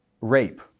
rape